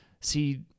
see